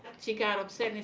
she got upset